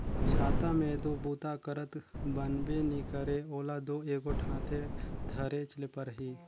छाता मे दो बूता करत बनबे नी करे ओला दो एगोट हाथे धरेच ले परही